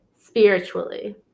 spiritually